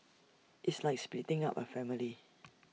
it's like splitting up A family